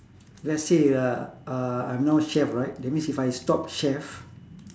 let's say lah uh I'm now chef right that means if I stop chef